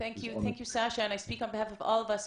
שדפוסי ההצבעה של גרמניה באו"ם בנושא